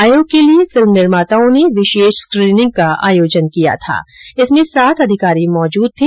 आयोग के लिये फिल्म निर्माताओं ने विशेष स्कीनिंग का आयोजन किया था जिसमें सात अधिकारी मौजूद थे